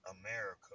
America